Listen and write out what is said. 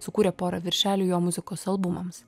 sukūrė porą viršelių jo muzikos albumams